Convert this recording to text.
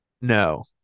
no